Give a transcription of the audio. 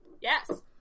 Yes